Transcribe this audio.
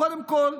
קודם כול,